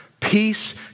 Peace